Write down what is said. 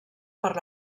per